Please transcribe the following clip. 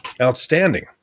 outstanding